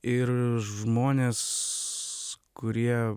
ir žmonės kurie